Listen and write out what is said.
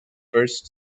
first